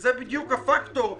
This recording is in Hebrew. ושזה בדיוק הפקטור לשינוי.